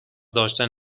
داشتن